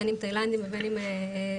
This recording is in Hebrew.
בין אם תאילנדים ובין אם פלסטינים.